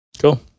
Cool